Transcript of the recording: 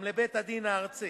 גם לבית-הדין הארצי.